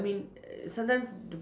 I mean err sometimes do